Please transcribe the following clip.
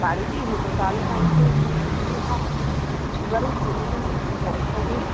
বাড়িতেই হতো তাহলে আমাদের এই সমস্যাগুলো থাকতো এবারে যে পয়সা